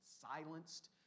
silenced